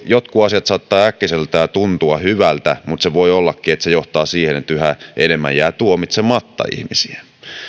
jotkut asiat saattavat äkkiseltään tuntua hyvältä mutta voi ollakin että se johtaa siihen että yhä enemmän jää tuomitsematta ihmisiä